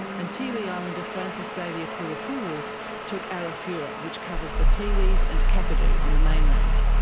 and tiwi islander francis xavier kurrupuwu took arafura, which covers the tiwis and kakadu on the mainland.